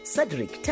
Cedric